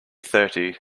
thirty